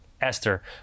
Esther